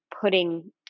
putting